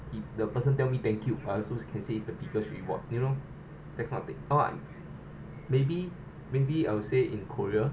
if the person tell me thank you uh I also can say is the biggest reward you know that kind of thing ah maybe maybe I would say in korea